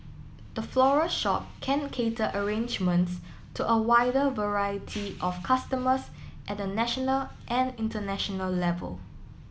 the floral shop can cater arrangements to a wider variety of customers at a national and international level